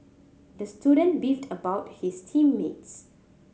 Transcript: the student beefed about his team mates